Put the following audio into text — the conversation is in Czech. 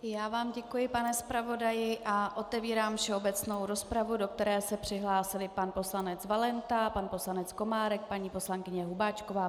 Já vám děkuji, pane zpravodaji, a otevírám všeobecnou rozpravu, do které se přihlásili pan poslanec Valenta, pan poslanec Komárek, paní poslankyně Hubáčková.